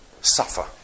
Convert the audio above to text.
suffer